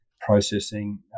Processing